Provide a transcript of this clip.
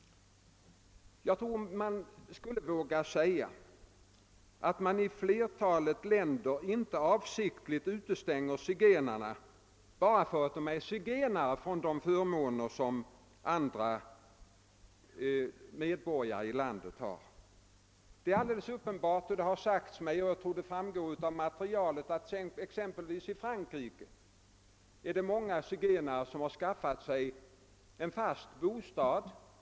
Jag tror att man vågar säga att zigenarna i flertalet länder inte avsiktligt utestängs från de förmåner som landets övriga medborgare har bara därför att de är zigenare. Det står helt klart, och jag tror också att det framgår av materialet, att exempelvis i Frankrike har många zigenare skaffat sig en fast bostad.